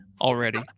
already